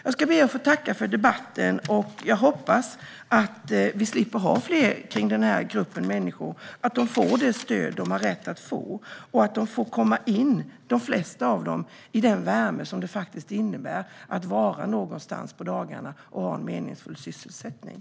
Jag tackar för debatten och hoppas att vi slipper ha fler debatter om denna grupp. Jag hoppas att dessa människor får det stöd de har rätt till och att de flesta av dem får komma in i den värme som det innebär att vara någonstans på dagarna och ha en meningsfull sysselsättning.